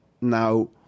Now